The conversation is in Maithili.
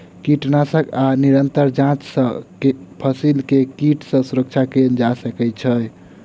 कीटनाशक आ निरंतर जांच सॅ फसिल के कीट सॅ सुरक्षा कयल जा सकै छै